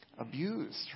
abused